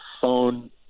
phone